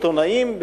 עיתונאים,